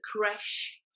crash